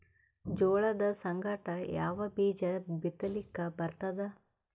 ಜೋಳದ ಸಂಗಾಟ ಯಾವ ಬೀಜಾ ಬಿತಲಿಕ್ಕ ಬರ್ತಾದ?